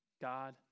God